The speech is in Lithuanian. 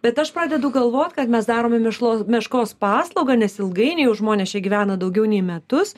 bet aš pradedu galvot kad mes darome mešlo meškos paslaugą nes ilgainiui žmonės čia gyvena daugiau nei metus